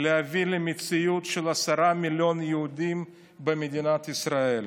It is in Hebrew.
להביא למציאות של עשרה מיליון יהודים במדינת ישראל.